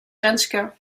renske